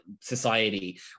society